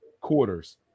quarters